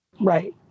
Right